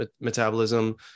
metabolism